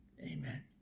Amen